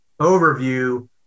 overview